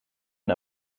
een